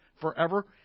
forever